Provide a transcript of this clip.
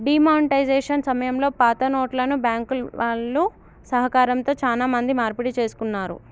D monetisation సమయంలో పాతనోట్లను బ్యాంకుల వాళ్ళ సహకారంతో చానా మంది మార్పిడి చేసుకున్నారు